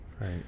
Right